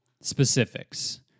specifics